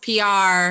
PR